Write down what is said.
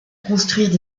construire